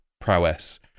prowess